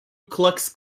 klux